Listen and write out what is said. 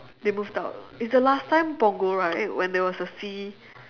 they moved out it's the last time punggol right when there was a sea